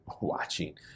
watching